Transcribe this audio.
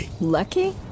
Lucky